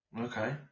okay